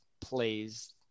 plays